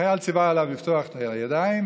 החייל ציווה עליו לפתוח את הידיים,